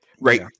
right